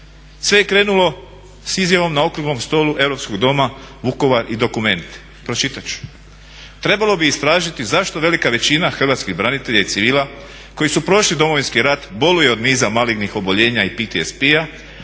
Sve je krenulo sa izjavom na okruglom stolu Europskog doma Vukovar i dokumenti. Pročitat ću: "Trebalo bi istražiti zašto velika većina hrvatskih branitelja i civila koji su prošli Domovinski rat boluje od niza malignih oboljenja i PTSP-a,